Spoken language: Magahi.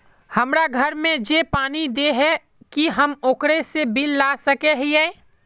हमरा घर में जे पानी दे है की हम ओकरो से बिल ला सके हिये?